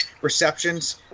receptions